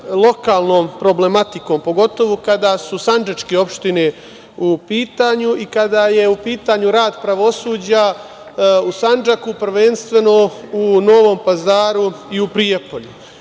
lokalnom problematikom, pogotovo kada su sandžačke opštine u pitanju i kada je u pitanju rad pravosuđa u Sandžaku, prvenstveno u Novom Pazaru i u Prijepolju. Posebno